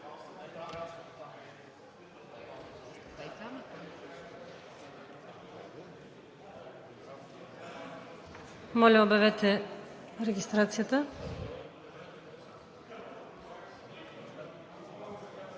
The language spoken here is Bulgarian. Моля, обявете регистрацията.